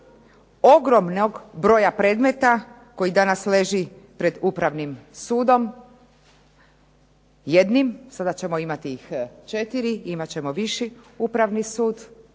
ogromnog broja predmeta koji danas leži pred Upravnim sudom jednim, sada ćemo imati ih četiri, i imat ćemo viši upravni sud